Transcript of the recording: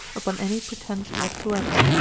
upon any pretence whatsoever,